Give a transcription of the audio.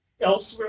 Elsewhere